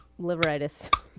liveritis